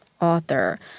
author